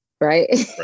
right